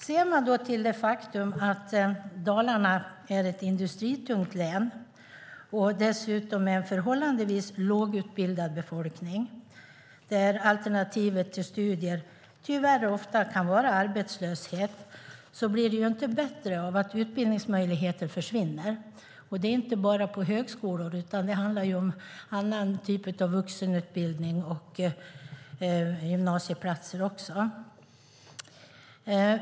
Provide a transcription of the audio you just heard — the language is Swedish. Ser man till det faktum att Dalarna är ett industritungt län, och dessutom med en förhållandevis lågutbildad befolkning där alternativet till studier tyvärr ofta kan vara arbetslöshet, blir det inte bättre av att utbildningsmöjligheter försvinner. Det gäller inte bara högskolor. Det handlar också om annan typ av vuxenutbildning och gymnasieplatser.